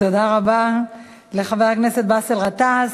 תודה רבה לחבר הכנסת באסל גטאס.